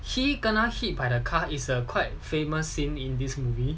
he kena hit by the car is a quite famous scene in this movie